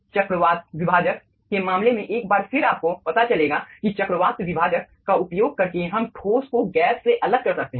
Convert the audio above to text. चक्रवात विभाजक के मामले में एक बार फिर आपको पता चलेगा कि चक्रवात विभाजक का उपयोग करके हम ठोस को गैस से अलग कर सकते हैं